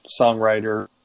songwriter